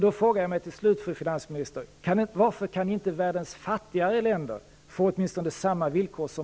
Då frågar jag till slut, fru finansminister: Varför kan inte världens fattigare länder få åtminstone samma villkor som